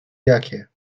jakie